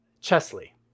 chesley